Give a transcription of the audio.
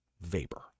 vapor